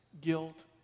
guilt